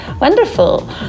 wonderful